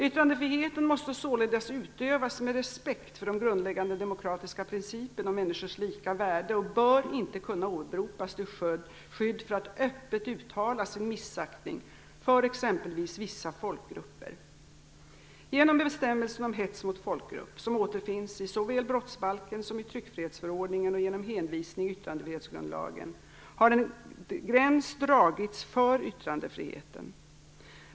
Yttrandefriheten måste således utövas med respekt för den grundläggande demokratiska principen om människors lika värde och bör inte kunna åberopas till skydd för att öppet uttala sin missaktning för exempelvis vissa folkgrupper. Genom bestämmelsen om hets mot folkgrupp, som återfinns såväl i brottsbalken som i tryckfrihetsförordningen och genom hänvisning i yttrandefrihetsgrundlagen, har en gräns dragits för yttrandefriheten.